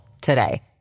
today